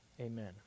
Amen